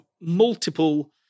multiple